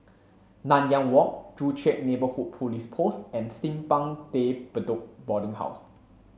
Nanyang Walk Joo Chiat Neighbourhood Police Post and Simpang De Bedok Boarding House